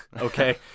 Okay